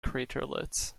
craterlets